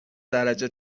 درجه